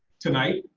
tonight,